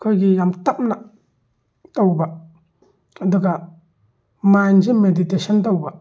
ꯑꯩꯈꯣꯏꯒꯤ ꯌꯥꯝ ꯇꯞꯅ ꯇꯧꯕ ꯑꯗꯨꯒ ꯃꯥꯏꯟꯁꯤ ꯃꯦꯗꯤꯇꯦꯁꯟ ꯇꯧꯕ